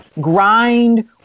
grind